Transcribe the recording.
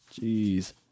Jeez